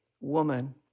woman